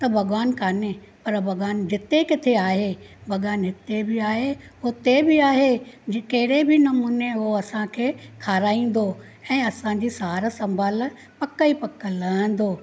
त भॻवानु काने पर भॻवानु जिते किथे आहे भॻवानु हिते बि आहे हुते बि आहे जे कहिड़े बि नमूने उहो असांखे खाराईंदो ऐं असांजी सार संभालु पक ई पक लहंदो